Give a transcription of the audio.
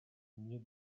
near